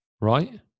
Right